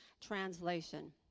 translation